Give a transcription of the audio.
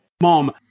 mom